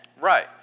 Right